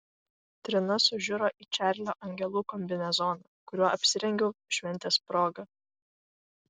trina sužiuro į čarlio angelų kombinezoną kuriuo apsirengiau šventės proga